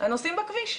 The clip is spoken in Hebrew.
הנוסעים בכביש.